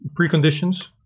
Preconditions